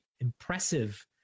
impressive